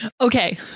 Okay